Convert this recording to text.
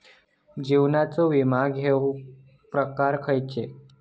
जीवनाचो विमो घेऊक प्रकार खैचे?